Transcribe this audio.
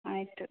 ಆಯಿತು